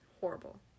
horrible